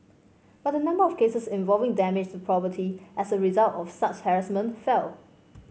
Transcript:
but the number of cases involving damage to property as a result of such harassment fell